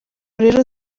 rero